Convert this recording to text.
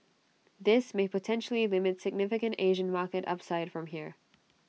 this may potentially limit significant Asian market upside from here